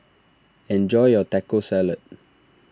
enjoy your Taco Salad